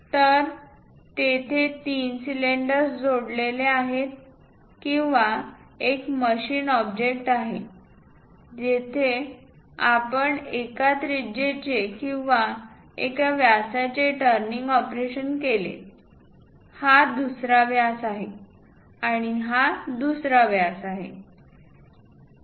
तर तेथे तीन सिलेंडर्स जोडलेले आहेत किंवा एक मशीन ऑब्जेक्ट आहे जिथे आपण एका त्रिज्याचे किंवा एका व्यासाचे टर्निंग ऑपरेशन केले हा दुसरा व्यास आहे आणि हा दुसरा व्यास आहे